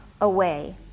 away